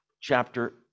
chapter